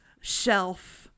shelf